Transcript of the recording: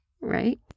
Right